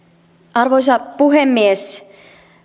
arvoisa puhemies